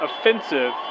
offensive